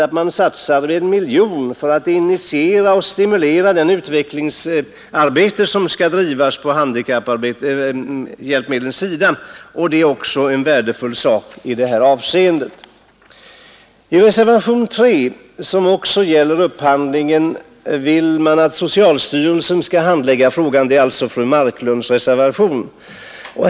Vidare satsar man 1 miljon kronor för att initiera och stimulera det utvecklingsarbete som skall bedrivas på handikapphjälpmedlens område, och det är också en värdefull sak i detta avseende. I reservationen 3, som också gäller upphandlingen, vill man att socialstyrelsen skall handlägga frågan — det är alltså fru Marklunds reservation.